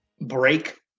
break